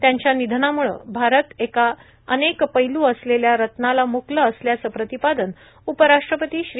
त्यांच्या निधनाम्रछं भारत एका अनेक पैलू असलेल्या रत्नाला म्रकलं असल्याचं प्रतिपादन उपराष्ट्रपती श्री